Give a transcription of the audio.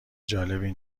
جالبی